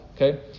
okay